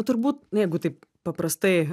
turbūt na jeigu taip paprastai